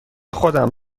خودم